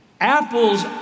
Apples